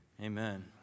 Amen